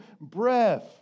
breath